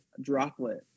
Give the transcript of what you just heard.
droplet